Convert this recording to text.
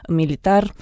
militar